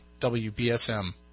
WBSM